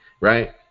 right